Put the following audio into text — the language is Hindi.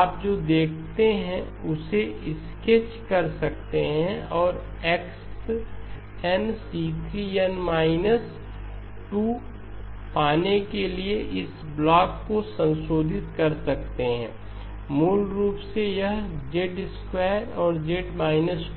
आप जो देखते हैं उसे स्केच कर सकते हैं और x n C3 n−2 पाने के लिए इस ब्लॉक को संशोधित कर सकते हैं मूल रूप से यहZ2और Z